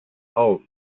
auf